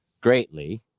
greatly